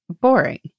boring